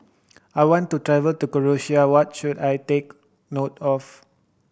I want to travel to Croatia what should I take note of